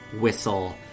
whistle